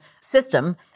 system